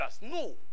No